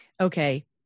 okay